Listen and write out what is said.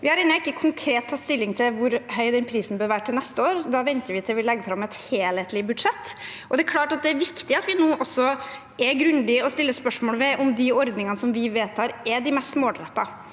Vi har ennå ikke konkret tatt stilling til hvor høy den prisen bør være til neste år. Vi venter til vi legger fram et helhetlig budsjett. Det er klart det er viktig at vi nå også er grundige og stiller spørsmål ved om de ordningene vi vedtar, er de mest målrettede.